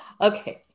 Okay